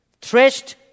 threshed